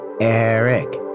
Eric